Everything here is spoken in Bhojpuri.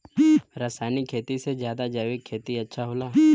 रासायनिक खेती से ज्यादा जैविक खेती अच्छा होला